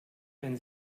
wenn